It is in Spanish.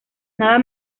nada